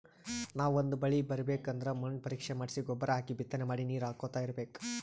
ನಾವ್ ಒಂದ್ ಬಳಿ ಬೆಳಿಬೇಕ್ ಅಂದ್ರ ಮಣ್ಣ್ ಪರೀಕ್ಷೆ ಮಾಡ್ಸಿ ಗೊಬ್ಬರ್ ಹಾಕಿ ಬಿತ್ತನೆ ಮಾಡಿ ನೀರ್ ಹಾಕೋತ್ ಇರ್ಬೆಕ್